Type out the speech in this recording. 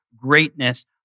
Greatness